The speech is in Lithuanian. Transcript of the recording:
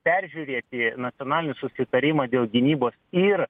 peržiūrėti nacionalinį susitarimą dėl gynybos ir